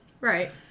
Right